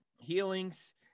healings